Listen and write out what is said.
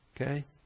okay